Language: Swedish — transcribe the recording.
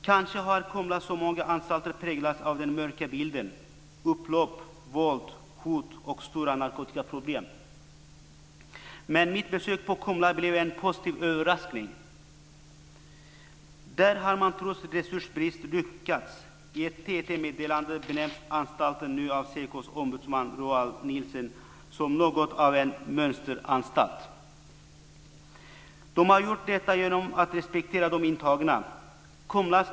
Kanske har Kumla, som många anstalter, präglats av den mörka bilden - upplopp, våld, hot och stora narkotikaproblem. Men mitt besök på Kumla blev en positiv överraskning. Där har man trots resursbrist lyckats. I ett TT-meddelande benämns anstalten nu av Sekos ombudsman Roal Nilssen som något av en mönsteranstalt. De har gjort detta genom att respektera de intagna.